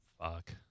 fuck